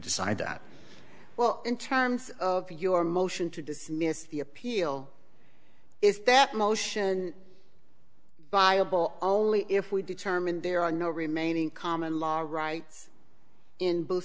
decide that well in terms of your motion to dismiss the appeal is that motion buyable only if we determine there are no remaining common law rights in both